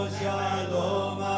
shalom